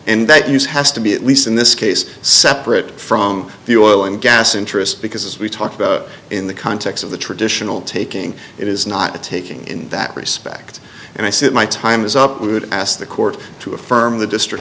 and that use has to be at least in this case separate from the oil and gas interest because as we talk about in the context of the traditional taking it is not a taking in that respect and i said my time is up we would ask the court to affirm the district